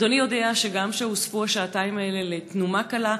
אדוני יודע שגם כשהוספו השעתיים האלה לתנומה קלה,